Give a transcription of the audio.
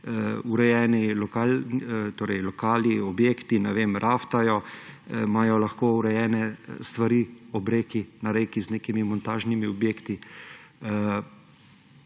urejeni lokali, objekti, raftajo, imajo lahko urejene stvari ob reki, na reki z nekimi montažnimi objekti,